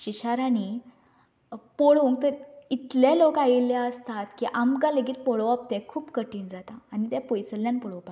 शिशाराणी पळोवंक थंय इतले लोक आयिल्ले आसतात आमकां लेगीत पळोवप तें खूब कठीण जाता आनी तें पयसुल्ल्यान पळोवपाक मेळटा